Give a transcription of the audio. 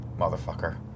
Motherfucker